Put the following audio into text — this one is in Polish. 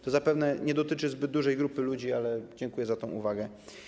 To zapewne nie dotyczy zbyt dużej grupy ludzi, ale dziękuję za tę uwagę.